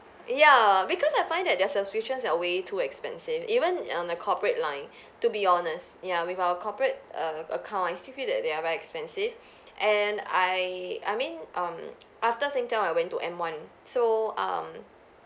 ya because I find that their subscriptions are way too expensive even on the corporate line to be honest ya with our corporate err account I still feel that they are very expensive and I I mean um after Singtel I went to M one so um